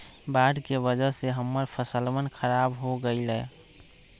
बाढ़ के वजह से हम्मर फसलवन खराब हो गई लय